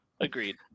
agreed